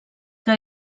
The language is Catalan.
que